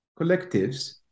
collectives